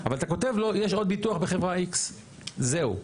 אבל אתה כותב לו: יש עוד ביטוח בחברה X. זהו,